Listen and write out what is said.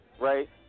right